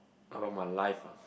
about my life ah